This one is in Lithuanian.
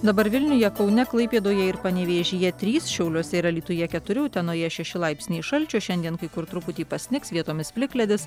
dabar vilniuje kaune klaipėdoje ir panevėžyje trys šiauliuose ir alytuje keturi utenoje šeši laipsniai šalčio šiandien kai kur truputį pasnigs vietomis plikledis